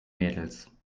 mädels